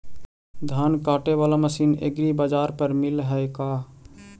धान काटे बाला मशीन एग्रीबाजार पर मिल है का?